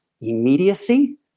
immediacy